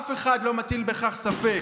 אף אחד לא מטיל בכך ספק.